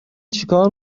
چیکار